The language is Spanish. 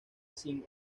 sin